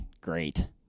Great